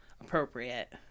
appropriate